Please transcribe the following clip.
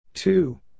Two